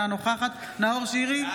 אינה נוכחת נאור שירי,